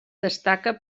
destaca